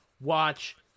Watch